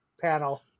panel